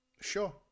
sure